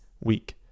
week